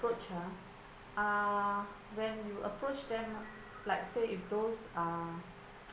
~pproach ah uh when you approach them like say if those uh